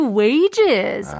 wages